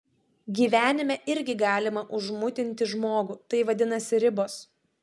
gyvenime irgi galima užmutinti žmogų tai vadinasi ribos